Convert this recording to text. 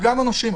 ואגב גם הנושים.